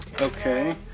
Okay